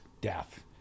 death